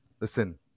Listen